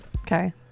Okay